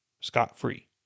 scot-free